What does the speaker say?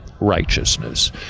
righteousness